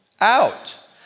out